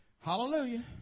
Hallelujah